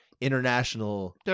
international